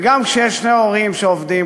וגם כשיש שני הורים שעובדים,